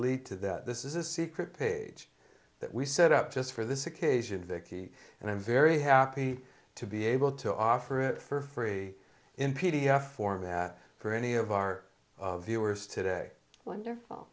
lead to that this is a secret page that we set up just for this occasion vicki and i'm very happy to be able to offer it for free in p d f format for any of our viewers today wonderful